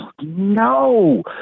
no